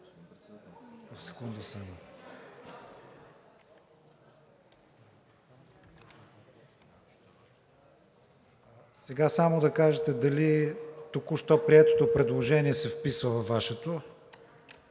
Кирова, да кажете дали току-що приетото предложение се вписва във Вашето?